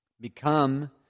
become